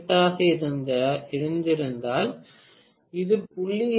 8 ஆக இருந்திருந்தால் அந்த 0